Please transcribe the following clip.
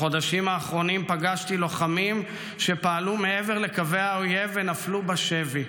בחודשים האחרונים פגשתי לוחמים שפעלו מעבר לקווי האויב ונפלו בשבי.